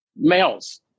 Males